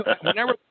Whenever